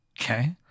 Okay